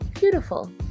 beautiful